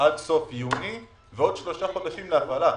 עד סוף יוני ועוד שלושה חודשים להפעלה.